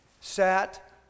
sat